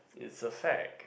it's a fact